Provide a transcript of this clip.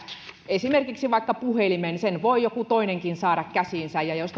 esimerkiksi puhelimen voi joku toinenkin saada käsiinsä ja jos